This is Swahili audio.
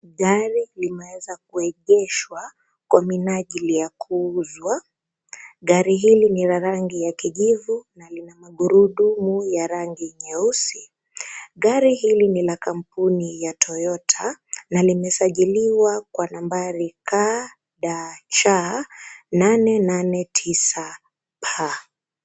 Gari limeweza kuegeshwa kwa mineajili ya kuuzwa, gari hili ni la rangi ya kijivu lina magurudumu ya rangi nyeusi. Gari hili ni la kampuni ya Toyota na limesajiliwa kwa nambari KDC 889P.